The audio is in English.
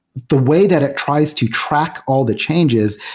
the way that it tries to track all the changes,